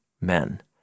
men